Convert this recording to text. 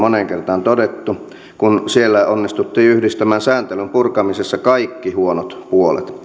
on moneen kertaan todettu kun siellä onnistuttiin yhdistämään sääntelyn purkamisessa kaikki huonot puolet